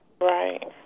right